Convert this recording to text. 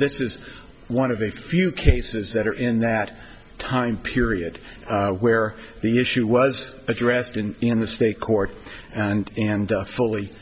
this is one of a few cases that are in that time period where the issue was addressed and in the state court and fully